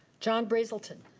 john brazelton.